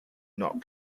not